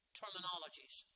terminologies